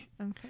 Okay